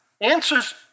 answers